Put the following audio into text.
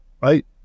right